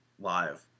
live